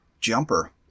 Jumper